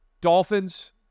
Dolphins